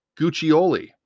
Guccioli